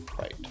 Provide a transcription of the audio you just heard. right